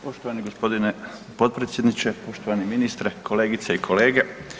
Poštovani g. potpredsjedniče, poštovani ministre, kolegice i kolege.